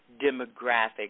demographic